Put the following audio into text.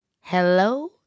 Hello